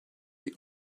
the